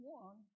one